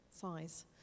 size